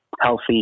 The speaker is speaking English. healthy